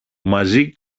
μαζί